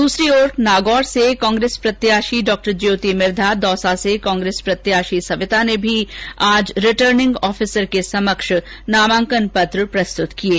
दूसरी ओर नागौर से कांग्रेस प्रत्याषी डॉ ज्योति मिर्धा दौसा से कांग्रेस प्रत्याषी सविता ने भी आज रिटर्निंग ऑफिसर के समक्ष नामांकन पत्र प्रस्तुत किये